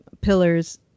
pillars